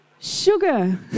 sugar